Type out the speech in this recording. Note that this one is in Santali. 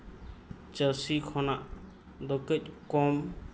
ᱪᱟᱹᱥᱤ ᱠᱷᱚᱱᱟᱜ ᱫᱚ ᱠᱟᱹᱡ ᱠᱚᱢ